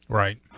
right